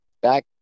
Back